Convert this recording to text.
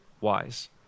wise